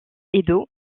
edo